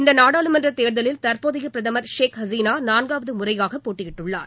இந்த நாடாளுமன்றத் தேர்தலில் தற்போதைய பிரதமர் ஷேக் ஹசீனா நான்காவது முறையாகப் போட்டியிட்டுள்ளார்